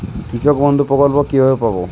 কৃষকবন্ধু প্রকল্প কিভাবে পাব?